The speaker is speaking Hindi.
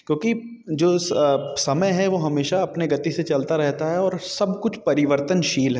क्योंकि जो समय है वो हमेशा अपने गति से चलता है और सब कुछ परिवर्तनशील है